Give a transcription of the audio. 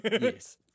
Yes